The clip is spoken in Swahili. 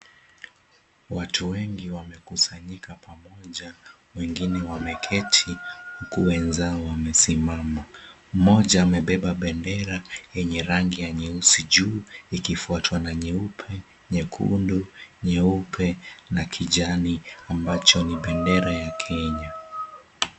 Watu wengi wamekusanyika pamoja wengine wameketi huku wenzao wamesimama. Mmoja amebeba bendera yenye rangi ya nyeusi juu, ikifuatwa na nyeupe, nyekundu, nyeupe, na kijani, ambacho ni bendera ya Kenya.